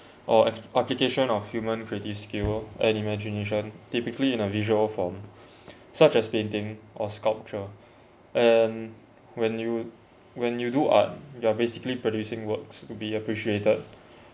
or ap~ application of human creative skill and imagination typically in a visual form such as painting or sculpture and when you when you do art you are basically producing works to be appreciated